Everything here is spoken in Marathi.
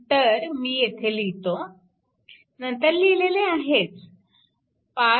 तर मी येथे लिहितो नंतर लिहिलेले आहेच